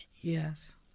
Yes